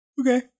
Okay